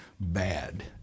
bad